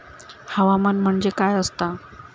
हवामान म्हणजे काय असता?